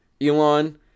Elon